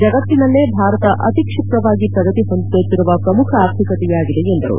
ಜಗತ್ತಿನಲ್ಲೇ ಭಾರತ ಅತಿ ಕ್ಷಿಪ್ರವಾಗಿ ಪ್ರಗತಿ ಹೊಂದುತ್ತಿರುವ ಪ್ರಮುಖ ಆರ್ಥಿಕತೆಯಾಗಿದೆ ಎಂದರು